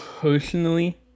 personally